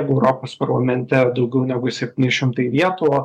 europos parlamente daugiau negu septyni šimtai vietų